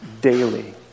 daily